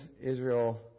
Israel